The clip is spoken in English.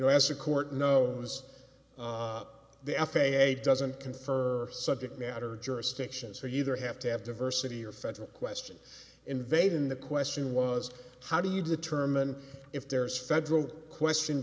know as a court know was the f a a doesn't confer subject matter jurisdictions are you there have to have diversity or federal question invade in the question was how do you determine if there is federal question